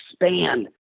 expand